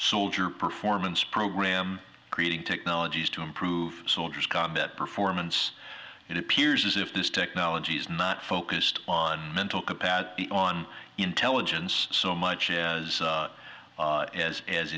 soldier performance program creating technologies to improve soldiers combat performance it appears as if this technology is not focused on mental capacity on intelligence so much as